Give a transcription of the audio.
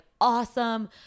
awesome